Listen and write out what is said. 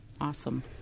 Awesome